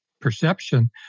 perception